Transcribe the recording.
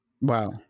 Wow